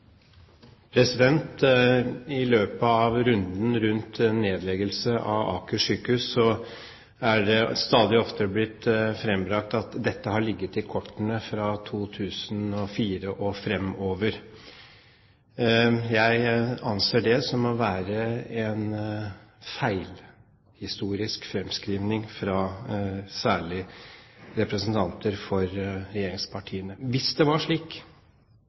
I løpet av runden rundt nedleggelse av Aker sykehus er det stadig oftere blitt frembrakt at dette har ligget i kortene fra 2004 og fremover. Jeg anser det som å være en feil historisk fremskrivning fra særlig representanter for regjeringspartiene. Hvis det nærmest var